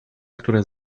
które